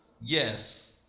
Yes